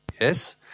yes